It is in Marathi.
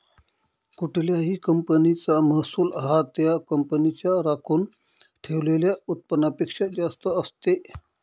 कुठल्याही कंपनीचा महसूल हा त्या कंपनीच्या राखून ठेवलेल्या उत्पन्नापेक्षा जास्त असते